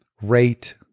rate